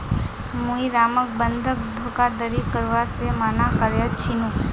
मुई रामक बंधक धोखाधड़ी करवा से माना कर्या छीनु